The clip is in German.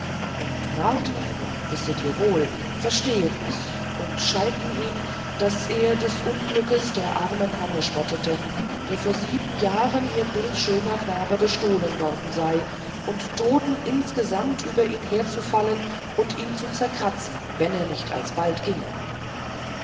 und marktweiber wisset ihr wohl verstehen es und schalten ihn daß er des unglückes der armen hanne spotte der vor sieben jahren ihr bildschöner knabe gestohlen worden sei und drohten insgesamt über ihn herzufallen und ihn zu zerkratzen wenn er nicht alsobald ginge